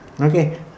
Okay